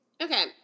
Okay